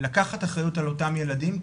לקחת אחריות על אותם ילדים,